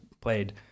played